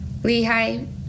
Lehi